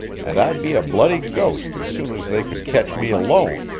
and i'd be a bloody ghost as soon as they could ketch me alone,